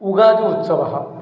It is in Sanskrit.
उगादि उत्सवः